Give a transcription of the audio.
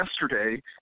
yesterday